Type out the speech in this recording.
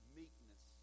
meekness